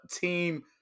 team